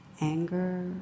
Anger